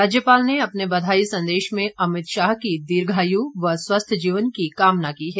राज्यपाल ने अपने बधाई संदेश में अमित शाह की दीर्घायू व स्वस्थ जीवन की कामना की है